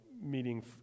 meeting